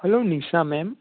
હાલો Nisha ma'am